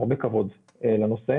הרבה כבוד לנושא.